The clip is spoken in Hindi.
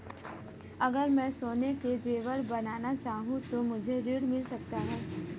अगर मैं सोने के ज़ेवर बनाना चाहूं तो मुझे ऋण मिल सकता है?